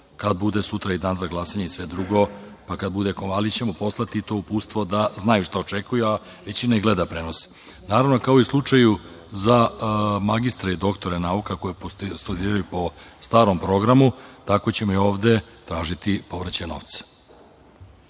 kada bude sutra i dan za glasanje i sve drugo. Ali, ćemo poslati to uputstvo da znaju šta da očekuju, ali većina i gledati prenos. Naravno kao i u slučaju za magistre i doktore nauka koji studiraju po starom programu, tako ćemo i ovde tražiti povraćaj novca.